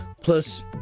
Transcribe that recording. plus